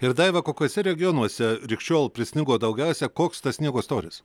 ir daiva kokiuose regionuose rik šiol prisnigo daugiausia koks tas sniego storis